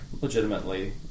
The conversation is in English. legitimately